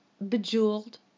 bejeweled